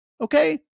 Okay